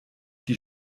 die